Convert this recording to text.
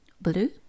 blue